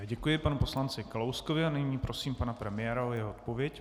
Děkuji panu poslanci Kalouskovi a nyní prosím pana premiéra o jeho odpověď.